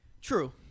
True